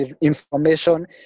information